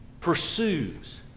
pursues